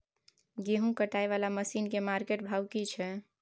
गेहूं कटाई वाला मसीन के मार्केट भाव की छै?